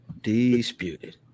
Disputed